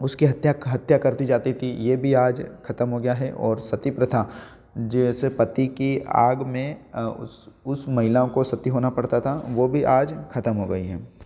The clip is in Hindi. उसकी हत्या हत्या कर दी जाती ती ये भी आज खत्म हो गया हें और सतीप्रथा जिस में पति की आग में उस उस महिला को सती होना पड़ता था वो भी आज खत्म हो गई हैं